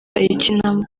ayikinamo